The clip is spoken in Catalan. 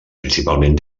principalment